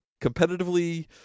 competitively